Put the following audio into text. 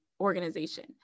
organization